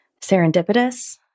serendipitous